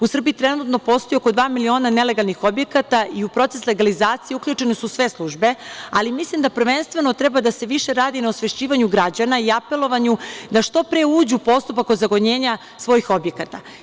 U Srbiji trenutno postoji oko dva miliona nelegalnih objekata i u proces legalizacije uključene su sve službe, ali mislim da prvenstveno treba više da se radi na osvešćivanju građana i apelovanju da što pre uđu u postupak ozakonjenja svojih objekata.